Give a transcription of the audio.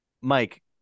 Mike